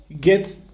get